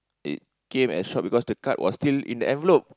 it came as shock because the card was still in the envelope